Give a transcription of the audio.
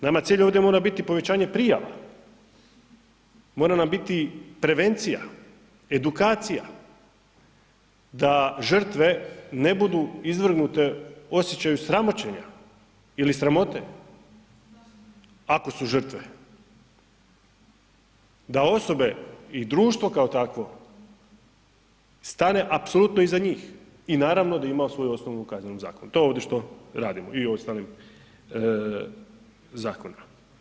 Nama cilj ovdje mora biti povećanje prijava, mora nam biti prevencija, edukacija, da žrtve ne budu izvrgnute osjećaju sramoćenja ili sramote ako su žrtve, da osobe i društvo kao takvo stane apsolutno iza njih i naravno da ima svoju osnovu u Kaznenom zakonu, to je ovdje što radimo i ostalim zakonima.